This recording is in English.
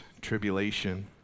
tribulation